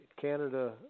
Canada